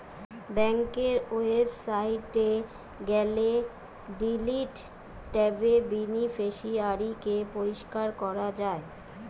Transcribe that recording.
বেংকের ওয়েবসাইটে গেলে ডিলিট ট্যাবে বেনিফিশিয়ারি কে পরিষ্কার করা যায়